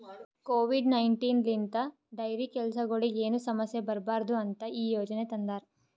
Covid nineteen ಲಿಂತ್ dairy ಕೆಲಸಗೊಳಿಗ್ ಏನು ಸಮಸ್ಯ ಬರಬಾರದು ಅಂತ್ ಈ ಯೋಜನೆ ತಂದಾರ್